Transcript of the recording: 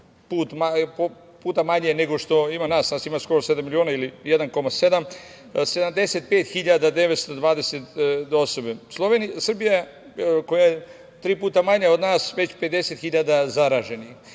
puta manje nego što ima nas, nas ima skoro sedam miliona ili 1,7 – 75.920 osobe. Slovenija, koja je tri puta manja od nas, već 50 hiljada zaraženih.